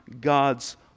God's